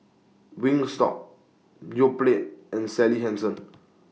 Wingstop Yoplait and Sally Hansen